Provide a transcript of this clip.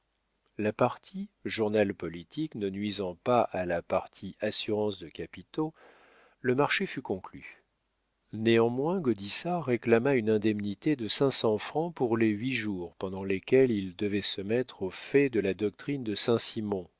la partie journal politique ne nuisant pas à la partie assurances de capitaux le marché fut conclu néanmoins gaudissart réclama une indemnité de cinq cents francs pour les huit jours pendant lesquels il devait se mettre au fait de la doctrine de saint-simon